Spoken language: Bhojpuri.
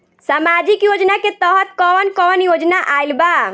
सामाजिक योजना के तहत कवन कवन योजना आइल बा?